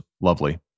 lovely